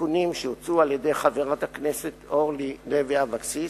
בתיקונים שהוצעו על-ידי חברת הכנסת אורלי לוי אבקסיס,